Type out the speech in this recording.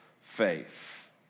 faith